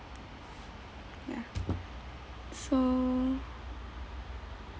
ya so